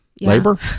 labor